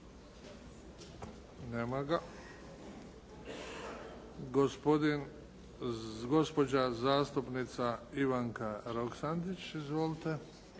Nema ga. Gospođa zastupnica Ivanka Roksandić. Izvolite.